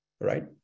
right